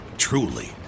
Truly